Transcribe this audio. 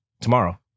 tomorrow